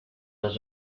los